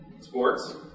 sports